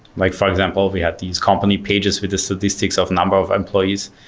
like for example, we have these company pages with the statistics of number of employees,